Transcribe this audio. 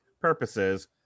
purposes